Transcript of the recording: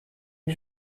que